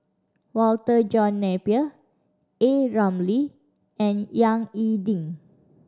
Walter John Napier A Ramli and Yang E Ding